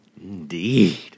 Indeed